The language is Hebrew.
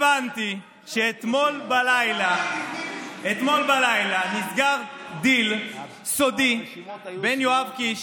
הבנתי שאתמול בלילה נסגר דיל סודי בין יואב קיש,